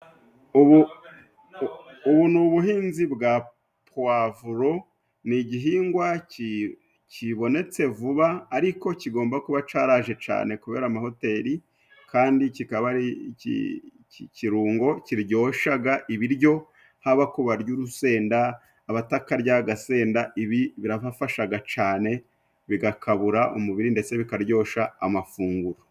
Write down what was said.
Ubu ni ubuhinzi bwa puwavuro, ni igihingwa kibonetse vuba ariko kigomba kuba caraje cane kubera amahoteli, kandi kikaba ari ikirungo kiryoshaga ibiryo haba kubarya urusenda, abatakarya agasenda ibi birabafashaga cane, bigakabura umubiri ndetse bikaryosha amafunguro.